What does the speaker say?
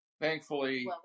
Thankfully